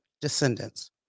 descendants